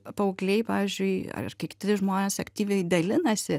paaugliai pavyzdžiui ar kiti žmonės aktyviai dalinasi